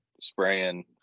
spraying